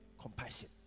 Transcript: compassion